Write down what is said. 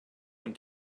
und